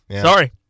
Sorry